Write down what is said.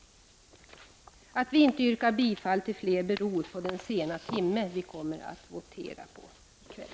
Anledningen till att vi inte yrkar bifall till fler reservationer är att vi kommer att votera så sent i kväll.